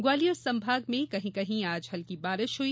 ग्वालियर संभाग में कहीं कहीं आज हल्की बारिश हुई